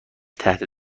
تحت